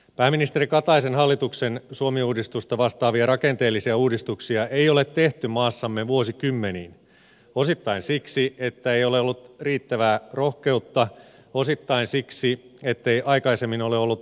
pääministeri kataisen hallituksen suomi uudistusta vastaavia rakenteellisia uudistuksia ei ole tehty maassamme vuosikymmeniin osittain siksi että ei ole ollut riittävää rohkeutta osittain siksi ettei aikaisemmin ole ollut aivan pakko